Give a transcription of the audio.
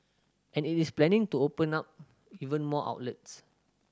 and it is planning to open now even more outlets